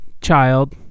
child